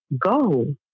Go